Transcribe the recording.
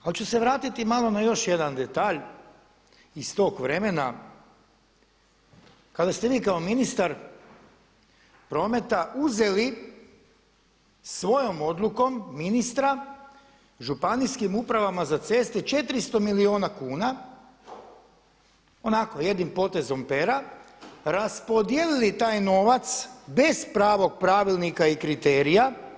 Ali ću se vratiti malo na još jedan detalj iz tog vremena kada ste vi kao ministar prometa uzeli svojom odlukom ministra Županijskim upravama za ceste 400 milijuna kuna, onako jednim potezom pera, raspodijelili taj novac bez pravog pravilnika i kriterija.